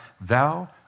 Thou